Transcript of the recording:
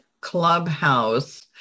Clubhouse